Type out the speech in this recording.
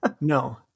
no